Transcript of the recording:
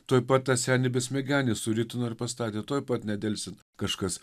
tuoj pat tą senį besmegenį suritino ir pastatė tuoj pat nedelsiant kažkas